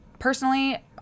Personally